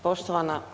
Poštovana.